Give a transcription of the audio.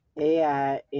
AI